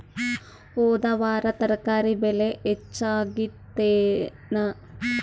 ಹೊದ ವಾರ ತರಕಾರಿ ಬೆಲೆ ಹೆಚ್ಚಾಗಿತ್ತೇನ?